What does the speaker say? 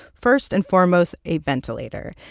first and foremost, a ventilator.